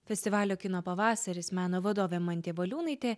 festivalio kino pavasaris meno vadovė mantė valiūnaitė